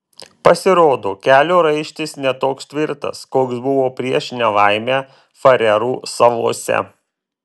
pasirodo kelio raištis ne toks tvirtas koks buvo prieš nelaimę farerų salose